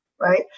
right